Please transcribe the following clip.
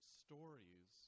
stories